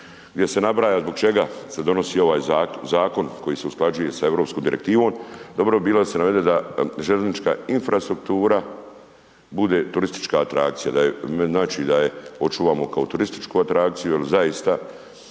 gdje se nabraja zbog čega se donosi ovaj zakon koji se usklađuje sa europskom direktivnom, dobro bi bilo da se navede da željeznička infrastruktura bude turistička atrakcija. Znači da je očuvamo kao turističku atrakciju jer zaista